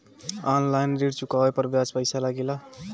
आन line ऋण चुकावे पर ज्यादा पईसा लगेला?